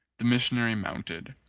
the missionary mounted,